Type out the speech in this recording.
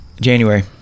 January